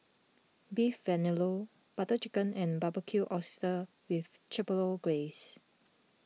Beef Vindaloo Butter Chicken and Barbecued Oysters with Chipotle Glaze